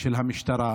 של המשטרה,